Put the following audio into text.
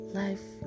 life